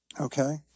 Okay